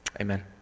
Amen